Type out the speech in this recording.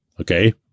Okay